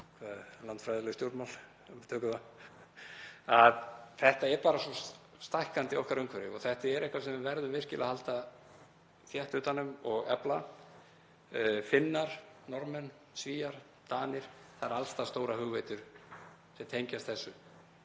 þetta fer bara stækkandi í okkar umhverfi og er eitthvað sem við verðum virkilega að halda þétt utan um og efla. Finnar, Norðmenn, Svíar, Danir; það eru alls staðar stórar hugveitur sem tengjast þessu.